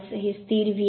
हे स्थिर V आहे